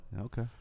Okay